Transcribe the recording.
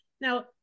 Now